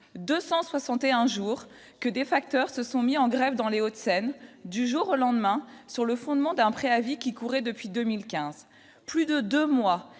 261 jours que des facteurs se sont mis en grève dans les Hauts-de-Seine, du jour au lendemain, sur le fondement d'un préavis qui courait depuis 2015, plus de 2 mois